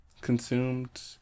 consumed